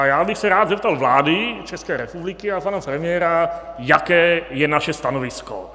Já bych se rád zeptal vlády České republiky a pana premiéra, jaké je naše stanovisko.